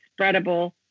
spreadable